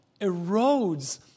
erodes